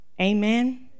amen